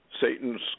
Satan's